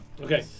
Okay